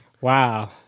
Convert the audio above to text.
Wow